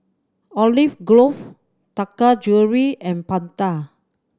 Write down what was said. Olive Grove Taka Jewelry and Panta